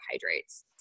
carbohydrates